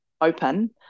open